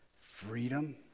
freedom